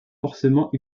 forcément